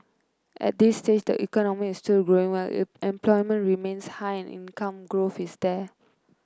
at this stage the economy is still growing well employment remains high and income growth is there